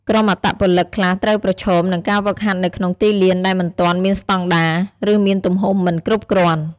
ក្រុមអត្តពលិកខ្លះត្រូវប្រឈមនឹងការហ្វឹកហាត់នៅក្នុងទីលានដែលមិនទាន់មានស្តង់ដារ ឬមានទំហំមិនគ្រប់គ្រាន់។